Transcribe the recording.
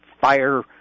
fire